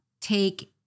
take